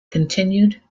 continued